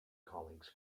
colleagues